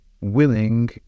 willing